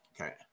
okay